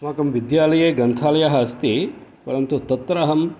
अस्माकं विद्यालये ग्रन्थालयः अस्ति परन्तु तत्र अहं